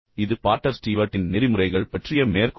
இது பாட்டர் ஸ்டீவர்ட்டின் நெறிமுறைகள் பற்றிய மேற்கோள்